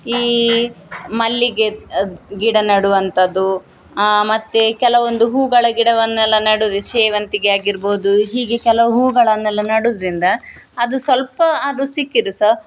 ಈ ಮಲ್ಲಿಗೆದು ಅದು ಗಿಡ ನೆಡುವಂಥದ್ದು ಮತ್ತು ಕೆಲವೊಂದು ಹೂಗಳ ಗಿಡವನ್ನೆಲ್ಲ ನೆಡುದು ಸೇವಂತಿಗೆ ಆಗಿರ್ಬೋದು ಹೀಗೆ ಕೆಲವು ಹೂಗಳನ್ನೆಲ್ಲ ನೆಡುದ್ರಿಂದ ಅದು ಸ್ವಲ್ಪ ಆದರೂ ಸಿಕ್ಕಿದರು ಸಹ